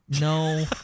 no